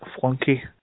Flunky